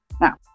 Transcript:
Now